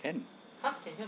can